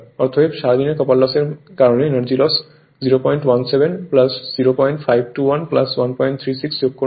অতএব সারাদিনে copper loss এর কারণে এনার্জি লস 017 0521 136 যোগ করুন